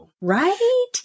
Right